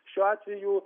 šiuo atveju